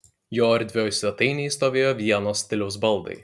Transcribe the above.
jo erdvioj svetainėj stovėjo vienos stiliaus baldai